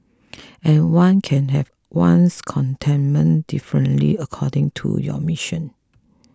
and one can have one's contentment differently according to your mission